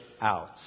out